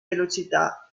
velocità